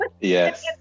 Yes